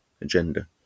agenda